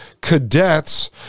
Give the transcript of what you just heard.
cadets